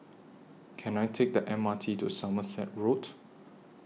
Can I Take The M R T to Somerset Road